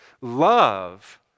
Love